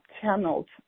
channeled